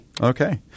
Okay